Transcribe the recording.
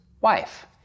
wife